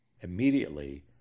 immediately